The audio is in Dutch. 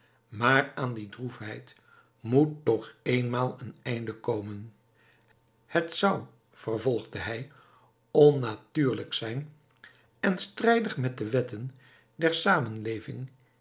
maar aan die droefheid moet toch eenmaal een einde komen het zou vervolgde hij onnatuurlijk zijn en strijdig met de wetten der zamenleving